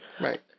Right